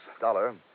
Dollar